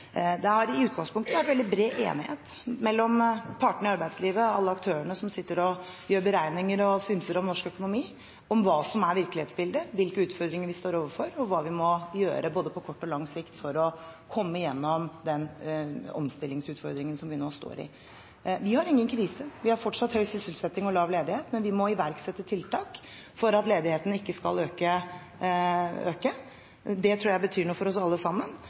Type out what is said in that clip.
Det har i utgangspunktet vært veldig bred enighet mellom partene i arbeidslivet – alle aktørene som sitter og gjør beregninger og synser om norsk økonomi – om hva som er virkelighetsbildet, hvilke utfordringer vi står overfor, og hva vi må gjøre på både kort og lang sikt for å komme gjennom den omstillingsutfordringen som vi nå står i. Vi har ingen krise. Vi har fortsatt høy sysselsetting og lav ledighet, men vi må iverksette tiltak for at ledigheten ikke skal øke. Det tror jeg betyr noe for oss alle sammen.